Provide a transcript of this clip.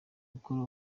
gukora